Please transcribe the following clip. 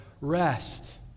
rest